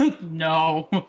No